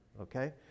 okay